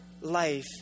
life